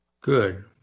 Good